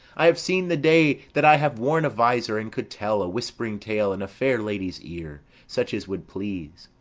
i have seen the day that i have worn a visor and could tell a whispering tale in a fair lady's ear, such as would please.